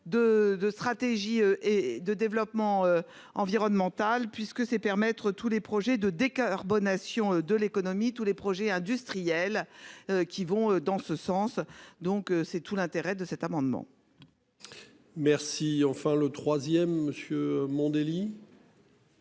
de stratégie et de développement environnemental puisque c'est permettre tous les projets de décarbonation de l'économie, tous les projets industriels qui vont dans ce sens. Donc c'est tout l'intérêt de cet amendement. Merci enfin le. Monsieur Mandelli.